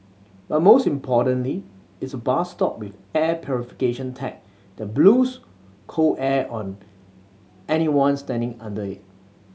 but most importantly it's a bus stop with air purification tech that blows cool air on anyone standing under it